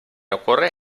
ocorre